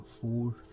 four